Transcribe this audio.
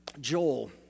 Joel